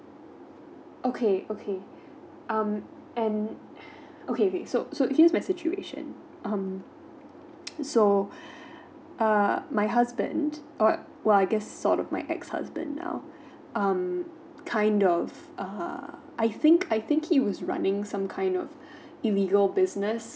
okay okay um and okay okay so so here is my situation um so uh my husband or what I guess sort of my ex husband now um kind of uh I think I think he was running some kind of illegal business